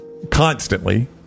Constantly